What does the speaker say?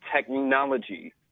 technology